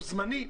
הוא זמני,